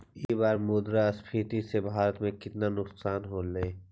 ई बार मुद्रास्फीति से भारत में केतना नुकसान होलो